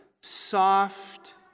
soft